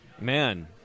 man